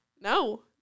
no